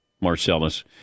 Marcellus